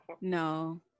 No